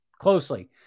closely